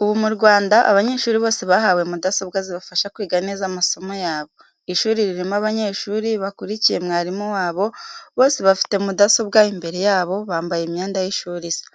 Ubu mu Rwanda abanyeshuri bose bahawe mudasombwa zibafasha kwiga neza amasomo yabo. Ishuri rirmo abanyeshuri bakurikiye mwarimu wabo, bose bafite mudasombwa imbere yabo, bambaye imyenda y'ishuri isa.